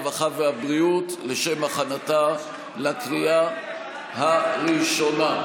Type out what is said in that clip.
הרווחה והבריאות לשם הכנתה לקריאה הראשונה.